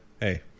hey